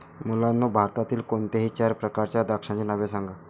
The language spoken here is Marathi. मुलांनो भारतातील कोणत्याही चार प्रकारच्या द्राक्षांची नावे सांगा